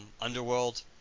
Underworld